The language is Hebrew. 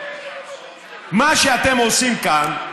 מה שאתם עושים כאן: